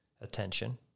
attention